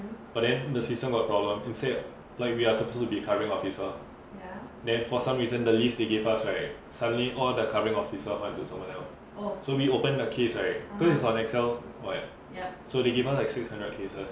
but then the system got problem instead like we are suppose to be covering officer then for some reason the list they give us right suddenly all the covering officer went to someone else so we opened the case right cause it's on excel [what] so they us like six hundred cases